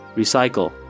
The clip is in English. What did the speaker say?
recycle